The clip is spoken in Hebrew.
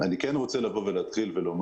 אני רוצה לומר,